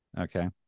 Okay